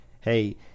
hey